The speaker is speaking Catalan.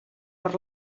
per